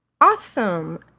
Awesome